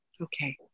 Okay